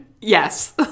Yes